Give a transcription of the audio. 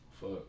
Fuck